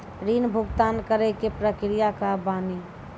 ऋण भुगतान करे के प्रक्रिया का बानी?